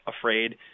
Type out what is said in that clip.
afraid